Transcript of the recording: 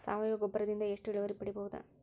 ಸಾವಯವ ಗೊಬ್ಬರದಿಂದ ಎಷ್ಟ ಇಳುವರಿ ಪಡಿಬಹುದ?